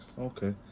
okay